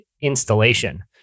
installation